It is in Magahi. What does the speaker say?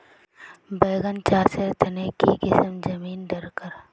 बैगन चासेर तने की किसम जमीन डरकर?